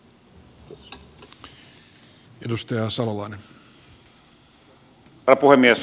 herra puhemies